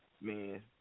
Man